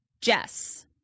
Jess